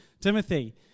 Timothy